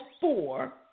four